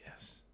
yes